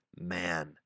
man